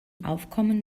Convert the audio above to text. aufkommen